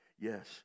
yes